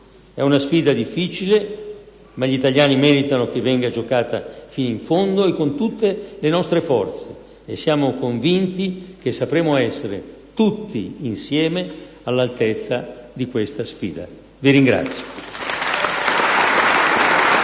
È una sfida difficile, ma gli italiani meritano che venga giocata fino in fondo con tutte le nostre forze, e siamo convinti che sapremo essere, tutti insieme, all'altezza di questa sfida. Vi ringrazio.